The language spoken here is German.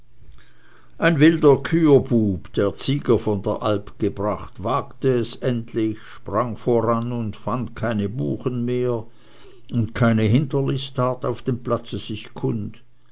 ein wilder küherbub der zieger von der alp gebracht wagte es endlich sprang voran und fand keine buchen mehr und keine hinterlist tat auf dem platze sich kund